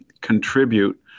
contribute